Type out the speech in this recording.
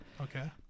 okay